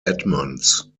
edmonds